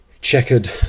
checkered